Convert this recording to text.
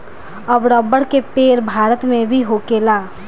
अब रबर के पेड़ भारत मे भी होखेला